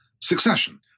succession